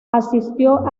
asistió